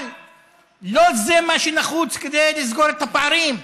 אבל לא זה מה שנחוץ כדי לסגור את הפערים.